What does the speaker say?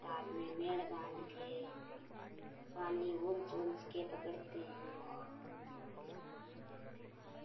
ताल में मेढ़ बांध के पानी उल्च उल्च के पकड़ते हैं सब ऐसे ही करते हैं